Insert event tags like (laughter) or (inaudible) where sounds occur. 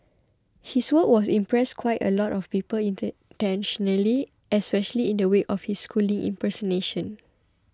his work has impressed quite a lot of people inter (unintelligible) nationally especially in the wake of his schooling impersonation